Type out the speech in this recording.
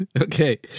Okay